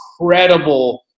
incredible